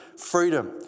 Freedom